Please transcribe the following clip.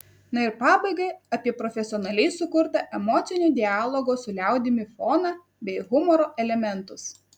na ir pabaigai apie profesionaliai sukurtą emocinį dialogo su liaudimi foną bei humoro elementus